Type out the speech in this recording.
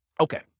okay